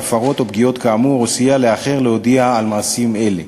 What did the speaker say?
הפרות או פגיעות כאמור או סייע לאחר להודיע על מעשים כאלה.